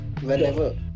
Whenever